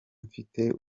mfite